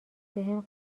بهم